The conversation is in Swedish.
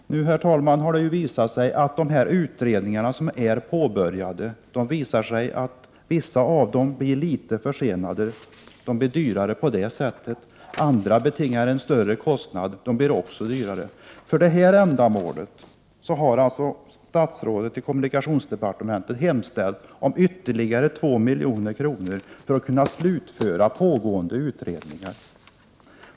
Herr talman! Nu har det visat sig att vissa av de utredningar som är påbörjade blir litet försenade. De blir på det sättet dyrare. Andra betingar en större kostnad. De blir också dyrare. För detta ändamål har statsrådet i kommunikationsdepartementet hemställt om ytterligare 2 milj.kr. för att kunna slutföra pågående utredningar.